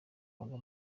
agwa